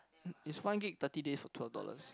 it's one gig thirty days for twelve dollars